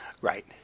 Right